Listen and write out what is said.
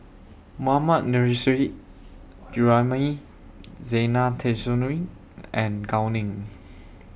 Mohammad Nurrasyid Juraimi Zena Tessensohn and Gao Ning